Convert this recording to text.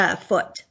foot